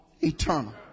eternal